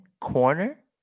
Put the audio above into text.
corner